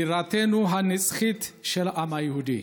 בירתו הנצחית של העם היהודי.